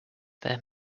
their